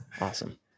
Awesome